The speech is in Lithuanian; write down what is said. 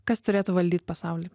kas turėtų valdyt pasaulį